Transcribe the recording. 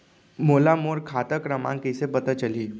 मोला मोर खाता क्रमाँक कइसे पता चलही?